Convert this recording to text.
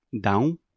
down